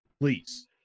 please